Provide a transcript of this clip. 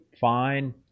fine